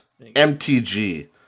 MTG